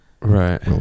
Right